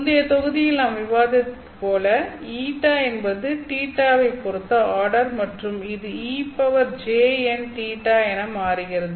முந்தைய தொகுதியில் நாம் விவாதித்தது போல η என்பது Ø யை பொருத்த ஆர்டர் மற்றும் இது ejηØ என மாறுகிறது